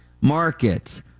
markets